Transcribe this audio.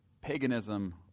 paganism